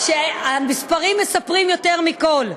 שהמספרים מספרים יותר מכול,